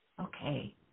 Okay